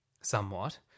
somewhat